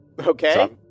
Okay